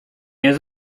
jest